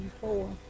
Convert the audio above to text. four